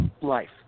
life